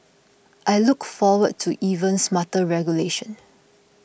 I look forward to even smarter regulation